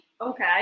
Okay